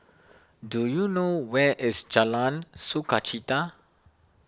do you know where is Jalan Sukachita